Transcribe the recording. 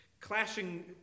clashing